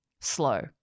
slow